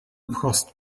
cost